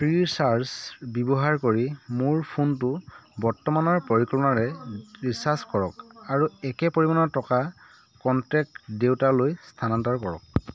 Freecharge ব্যৱহাৰ কৰি মোৰ ফোনটো বৰ্তমানৰ পৰিকল্পনাৰে ৰিচাৰ্জ কৰক আৰু একে পৰিমাণৰ টকা কনটেক্ট দেউতালৈ স্থানান্তৰ কৰক